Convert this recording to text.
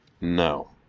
No